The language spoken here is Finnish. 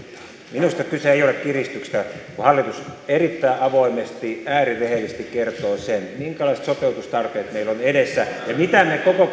minusta kyse ei ole kiristyksestä kun hallitus erittäin avoimesti äärirehellisesti kertoo sen minkälaiset sopeutustarpeet meillä ovat edessä ja mitä me koko